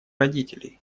родителей